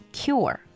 cure